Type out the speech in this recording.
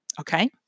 Okay